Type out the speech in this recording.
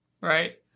right